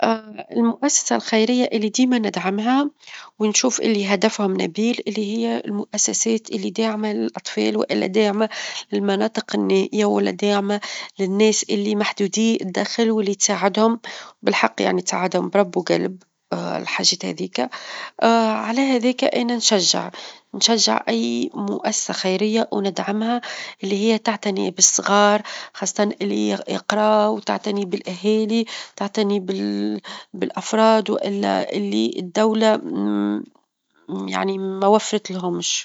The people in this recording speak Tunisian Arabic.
أ المؤسسة الخيرية اللي ديما ندعمها، ونشوف اللي هدفهم نبيل، اللي هي المؤسسات اللي داعمة للأطفال، واللي داعمة للمناطق النائية، واللي داعمة للناس اللي محدودي الدخل، واللي تساعدهم بالحق يعني تساعدهم برب، و قلب الحاجات هذيكا على هذيكا أنا نشجع، نشجع أي مؤسسة خيرية، وندعمها اللي هي تعتني بالصغار، خاصة اللي يقراو، وتعتني بالأهالي، تعتني بالأفراد اللي الدولة يعني ما وفرتلهمش.